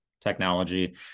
technology